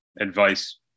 advice